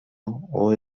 hohe